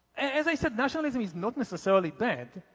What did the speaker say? as i said, nationalism is not necessarily bad,